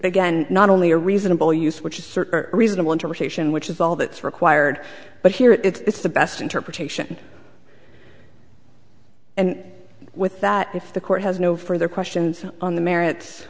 again not only a reasonable use which is reasonable interpretation which is all that's required but here it's the best interpretation and with that if the court has no further questions on the merits